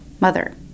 Mother